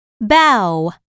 Bow